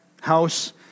house